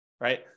right